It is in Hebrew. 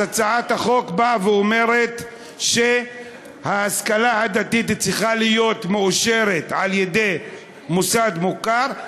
אז הצעת החוק אומרת שההשכלה הדתית צריכה להיות מאושרת על-ידי מוסד מוכר.